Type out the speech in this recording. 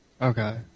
Okay